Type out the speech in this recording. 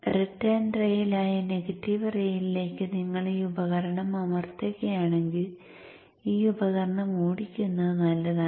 return റെയിലായ negative റെയിലിലേക്ക് നിങ്ങൾ ഈ ഉപകരണം അമർത്തുകയാണെങ്കിൽ ഈ ഉപകരണം ഓടിക്കുന്നത് നല്ലതാണ്